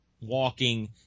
walking